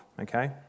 Okay